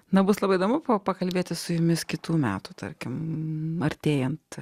na bus labai įdomu pakalbėti su jumis kitų metų tarkim artėjant